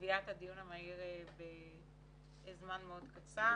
בקביעת הדיון המהיר הזה בזמן קצר.